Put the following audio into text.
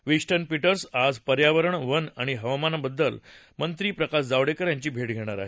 Winston Peters आज पर्यावरण वन आणि हवामानबदल मंत्री प्रकाश जावडेकर यांची भेट घेणार आहेत